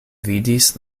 vidis